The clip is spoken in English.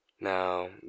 Now